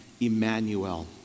Emmanuel